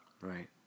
Right